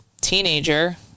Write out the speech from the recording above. teenager